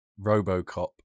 Robocop